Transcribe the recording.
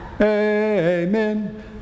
Amen